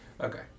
Okay